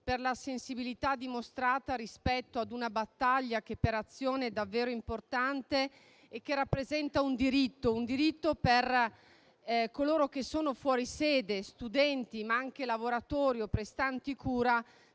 per la sensibilità dimostrata rispetto ad una battaglia che per Azione è davvero importante e rappresenta un diritto per coloro che sono fuori sede, studenti ma anche lavoratori o prestanti cura,